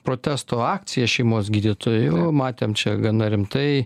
protesto akcija šeimos gydytojų matėm čia gana rimtai